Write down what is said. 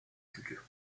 sculptures